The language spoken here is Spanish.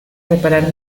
reparar